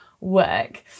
work